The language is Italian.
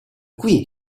qui